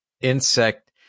insect